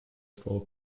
four